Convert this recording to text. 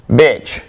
bitch